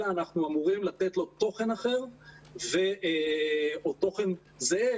אלא אנחנו אמורים לתת לו תוכן אחר או תוכן זהה